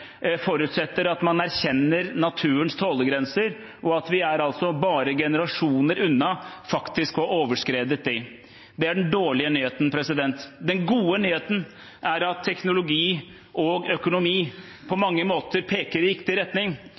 århundret forutsetter at man erkjenner naturens tålegrenser, og at vi faktisk er bare generasjoner unna å ha overskredet dem. Det er den dårlige nyheten. Den gode nyheten er at teknologi og økonomi på mange måter peker i riktig retning.